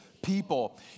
people